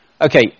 okay